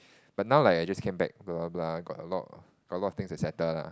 but now like I just came back blah blah got a lot got a lot of thing to settle lah